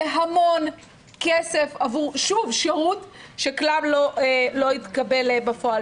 זה המון כסף עבור שירות שכלל לא התקבל בפועל.